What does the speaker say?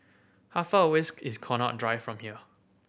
how far away is Connaught Drive from here